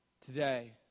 Today